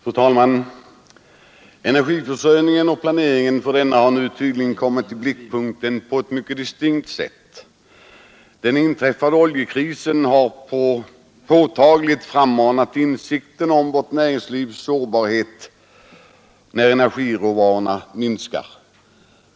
Fru talman! Energiförsörjningen och planeringen för denna har nu tydligen kommit i blickpunkten på ett mycket distinkt sätt. Den inträffade oljekrisen har påtagligt frammanat insikten om vårt näringslivs sårbarhet när tillgången på energiråvaror minskar.